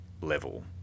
level